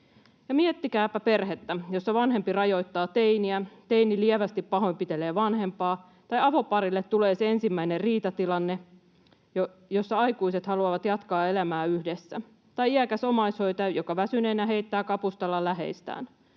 Miettikääpä perhettä, jossa vanhempi rajoittaa teiniä, teini lievästi pahoinpitelee vanhempaa, tai avoparia, jolle tulee se ensimmäinen riitatilanne, jossa aikuiset haluavat jatkaa elämää yhdessä, tai iäkästä omaishoitajaa, joka väsyneenä heittää kapustalla läheistään.